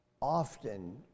often